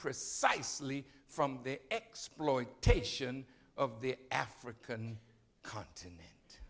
precisely from the exploitation of the african continent